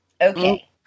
Okay